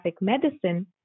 medicine